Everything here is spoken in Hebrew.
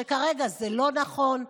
שכרגע זה לא נכון?